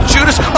Judas